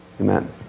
Amen